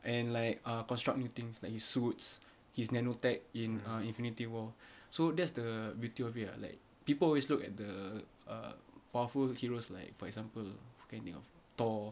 and like uh construct new things like his suits his nano tech in infinity war so that's the beauty of it lah like people always look at the uh powerful heroes like for example who can you think of thor